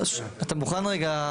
אתה מוכן רגע?